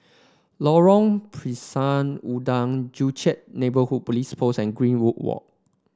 Lorong Pisang Udang Joo Chiat Neighbourhood Police Post and Greenwood Walk